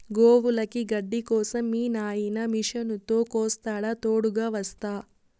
గోవులకి గడ్డి కోసం మీ నాయిన మిషనుతో కోస్తాడా తోడుగ వస్తా